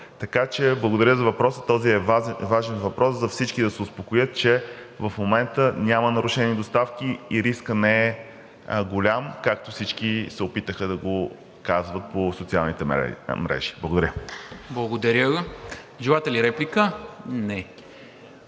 благодаря за въпроса, този е важен въпрос. Нека всички да се успокоят, че в момента няма нарушени доставки и рискът не е голям, както всички се опитаха да го казват по социалните мрежи. Благодаря. ПРЕДСЕДАТЕЛ НИКОЛА МИНЧЕВ: Благодаря. Желаете ли реплика? Не.